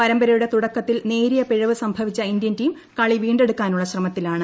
പരമ്പരയുടെ തുടക്കത്തിൽ നേരിയ പിഴവ് സംഭവിച്ച ഇന്ത്യൻ ടീം കളി വീണ്ടെടുക്കാനുള്ള ശ്രമത്തിലാണ്